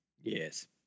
yes